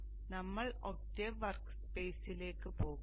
അതിനാൽ ഞങ്ങൾ ഒക്ടേവ് വർക്ക്സ്പെയ്സിലേക്ക് പോകുന്നു